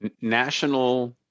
national